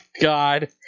God